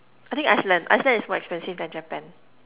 I think Iceland Iceland is more expensive than Japan